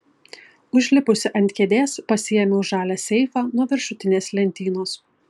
užlipusi ant kėdės pasiėmiau žalią seifą nuo viršutinės lentynos